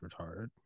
retarded